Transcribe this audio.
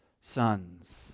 sons